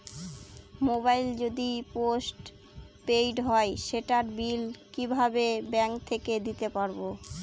Mobile যদি post paid হয় সেটার বিল কিভাবে ব্যাংক থেকে দিতে পারব?